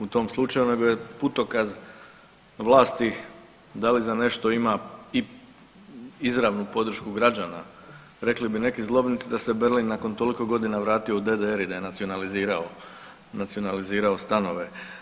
U tom slučaju … [[Govornik se ne razumije]] putokaz vlasti da li za nešto ima i izravnu podršku građana, rekli bi neki zlobnici da se Berlin nakon toliko godina vratio u DDR i da je nacionalizirao, nacionalizirao stanove.